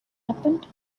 happened